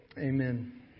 Amen